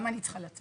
גם אני צריכה לצאת.